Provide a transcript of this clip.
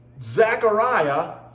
Zechariah